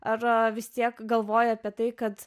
ar vis tiek galvoji apie tai kad